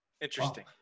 Interesting